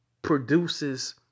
produces